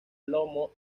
lomo